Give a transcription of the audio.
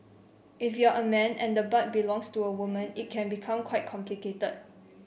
if you're a man and the butt belongs to a woman it can become quite complicated